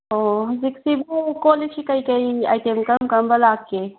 ꯑꯣ ꯍꯧꯖꯤꯛꯁꯤꯕꯨ ꯀꯣꯜꯂꯤꯛꯁꯤ ꯀꯔꯤ ꯀꯔꯤ ꯑꯥꯏꯇꯦꯝ ꯀꯔꯝ ꯀꯔꯝꯕ ꯂꯥꯛꯀꯦ